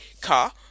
car